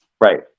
Right